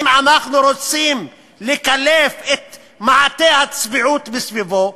אם אנחנו רוצים לקלף את מעטה הצביעות מסביבו,